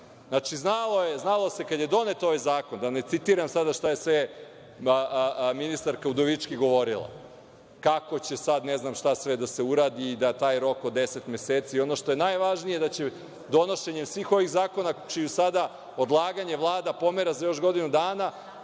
znalo se kada je donet ovaj zakon, da ne citiram šta je sve ministarka Udovički govorila, kako će sada, ne znam šta sve da se uradi i taj rok od 10 meseci, ono što je najvažnije da će donošenjem ovog zakona čije sada odlaganje Vlada pomera za još godinu dana,